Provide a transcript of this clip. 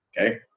Okay